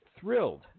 thrilled